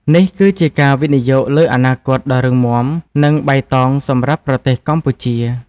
នេះគឺជាការវិនិយោគលើអនាគតដ៏រឹងមាំនិងបៃតងសម្រាប់ប្រទេសកម្ពុជា។